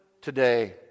today